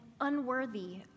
unworthy